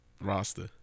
roster